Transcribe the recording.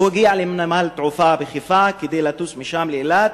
הגיע לנמל התעופה בחיפה כדי לטוס משם לאילת,